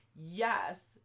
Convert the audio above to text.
Yes